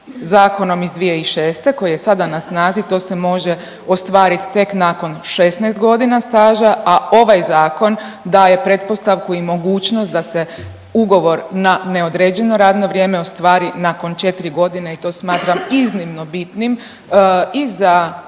zakonom iz 2006. koji je sada na snazi to se može ostvarit tek nakon 16 godina staža, a ovaj zakon daje pretpostavku i mogućnost da se ugovor na neodređeno radno vrijeme ostvari nakon četri godine i to smatram iznimno bitnim i za